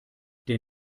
der